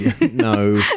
No